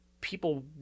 people